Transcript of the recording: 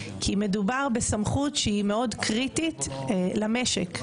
כי מדובר בסמכות שהיא מאוד קריטית למשק.